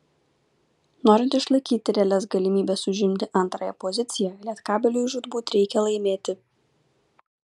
norint išlaikyti realias galimybes užimti antrąją poziciją lietkabeliui žūtbūt reikia laimėti